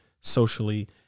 socially